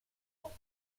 ochs